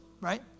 right